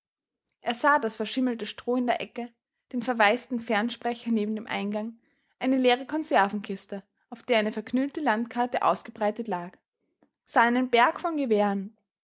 er sah das verschimmelte stroh in der ecke den verwaisten fernsprecher neben dem eingang eine leere konservenkiste auf der eine verknüllte landkarte ausgebreitet lag sah einen berg von gewehren